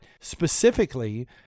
specifically